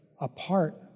apart